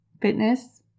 fitness